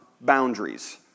boundaries